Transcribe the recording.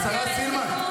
השרה סילמן,